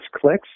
Clicks